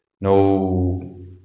No